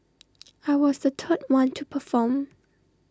I was the third one to perform